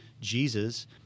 Jesus